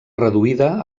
reduïda